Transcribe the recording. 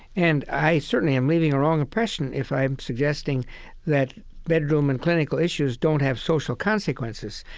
and i certainly am leaving a wrong impression if i'm suggesting that bedroom and clinical issues don't have social consequences.